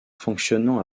fonctionnant